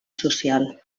social